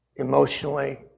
emotionally